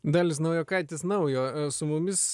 dalius naujokaitis naujo su mumis